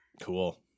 Cool